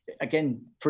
Again